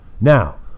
Now